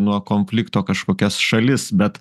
nuo konflikto kažkokias šalis bet